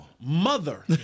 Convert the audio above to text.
mother